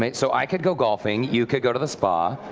but so i could go golfing, you could go to the spa.